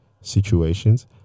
situations